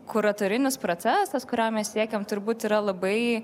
kuratorinis procesas kurio mes siekiam turbūt yra labai